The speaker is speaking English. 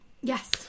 Yes